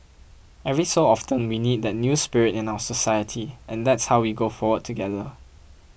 every so often we need that new spirit in our society and that how we go forward together